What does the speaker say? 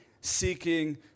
seeking